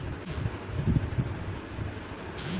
गांव में किसान के सोसाइटी पर फ्री में बिया देहल जाला